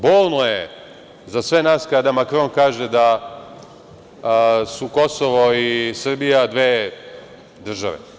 Bolno je za sve nas kada Makron kaže da su Kosovo i Srbija dve države.